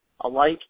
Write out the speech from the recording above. alike